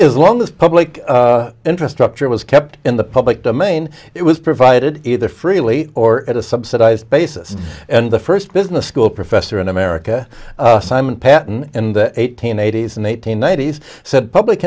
as long as public infrastructure was kept in the public domain it was provided either freely or at a subsidized basis and the first business school professor in america simon patton in the eighteen eighties and eight hundred ninety s said public